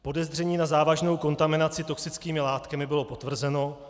Podezření na závažnou kontaminaci toxickými látkami bylo potvrzeno.